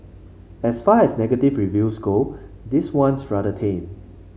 as far as negative reviews go this one's rather tame